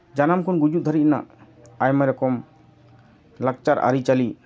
ᱡᱟᱱᱟᱢ ᱠᱷᱚᱱ ᱜᱩᱡᱩᱜ ᱫᱷᱟᱹᱨᱤᱡ ᱨᱮᱭᱟᱜ ᱟᱭᱢᱟ ᱨᱚᱠᱚᱢ ᱞᱟᱠᱪᱟᱨ ᱟᱹᱨᱤᱪᱟᱹᱞᱤ